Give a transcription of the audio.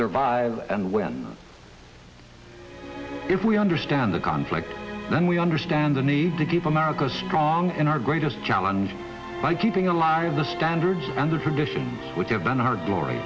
survive and win if we understand the conflict then we understand the need to keep america strong in our greatest challenge by keeping alive the standards and the traditions which have been heard during